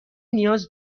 نیاز